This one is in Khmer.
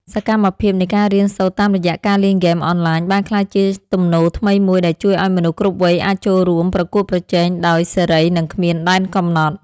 សកម្មភាពនៃការរៀនសូត្រតាមរយៈការលេងហ្គេមអនឡាញបានក្លាយជាទំនោរថ្មីមួយដែលជួយឱ្យមនុស្សគ្រប់វ័យអាចចូលរួមប្រកួតប្រជែងដោយសេរីនិងគ្មានដែនកំណត់។